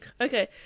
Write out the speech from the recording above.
Okay